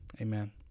Amen